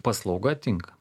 paslauga tinka